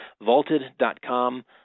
vaulted.com